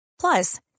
Plus